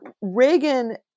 Reagan